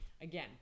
Again